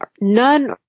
none